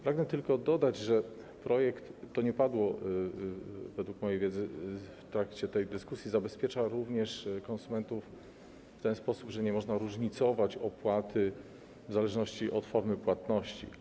Pragnę tylko dodać, że projekt - to nie padło według mojej wiedzy w trakcie tej dyskusji - zabezpiecza również konsumentów w ten sposób, że nie można różnicować opłaty w zależności od formy płatności.